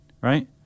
right